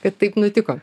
kad taip nutiko